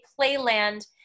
playland